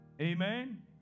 amen